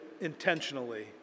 intentionally